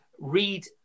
read